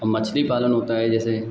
और मछली पालन होता है जैसे